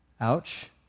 ouch